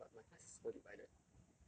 okay lah but my class is super divided